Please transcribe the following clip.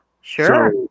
sure